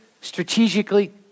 strategically